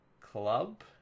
Club